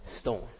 storm